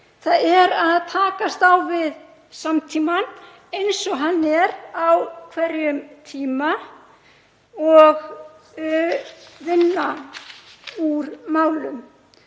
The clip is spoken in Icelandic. degi að takast á við samtímann eins og hann er á hverjum tíma og vinna úr málum.